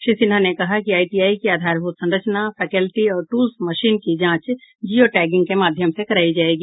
श्री सिन्हा ने कहा कि आईटीआई के अधारभूत संरचना फैकेल्टी और टूल्स मशीन की जांच जियो टैगिंग के माध्यम से करायी जायेगी